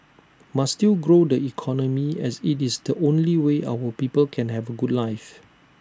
must still grow the economy as IT is the only way our people can have A good life